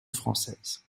française